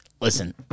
listen